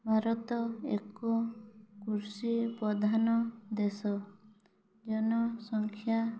ଭାରତ ଏକ କୃଷି ପ୍ରଧାନ ଦେଶ ଜନସଂଖ୍ୟା